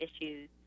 issues